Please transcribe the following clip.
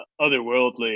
otherworldly